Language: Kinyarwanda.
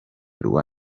rwa